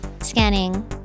Scanning